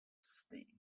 ste